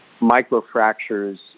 micro-fractures